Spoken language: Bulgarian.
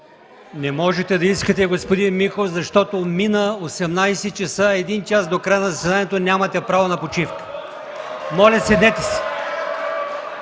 Не можете да искате, господин Михов, защото мина 18,00 ч., а един час до края на заседанието нямате право на почивка. Моля, седнете си.